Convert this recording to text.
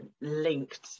linked